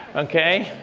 okay.